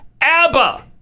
ABBA